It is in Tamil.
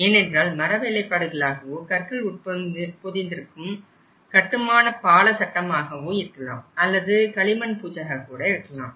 ஏனென்றால் மரவேலைப்பாடுகளாகவோ கற்கள் உட்பொதிந்திருக்கும் கட்டுமான பாள சட்டமாகவோ இருக்கலாம் அல்லது களிமண் பூச்சாக கூட இருக்கலாம்